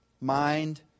Mind